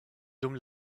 dum